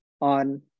on